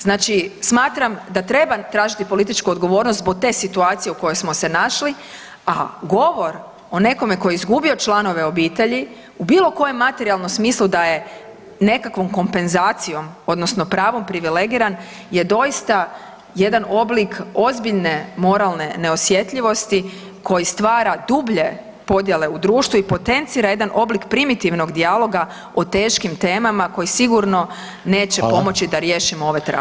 Znači smatram da treba tražiti političku odgovornost zbog te situacije u kojoj smo se našli, a govor o nekom tko je izgubio članove obitelji u bilo kojem materijalnom smislu da je nekakvom kompenzacijom odnosno pravom privilegiran je doista jedan oblik ozbiljne moralne neosjetljivosti koji stvara dublje podjele u društvu i potencira jedan oblik primitivnog dijaloga o teškim temama koji sigurno neće pomoći da riješimo ove traume.